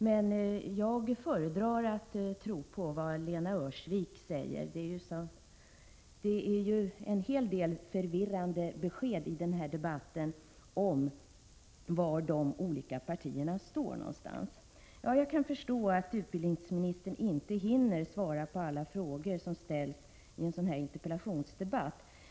Men jag föredrar att tro på det Lena Öhrsvik säger. — Det ges en hel del förvirrande besked i den här debatten om var de olika partierna står någonstans. Jag kan förstå att utbildningsministern inte hinner svara på alla frågor som ställs i en interpellationsdebatt.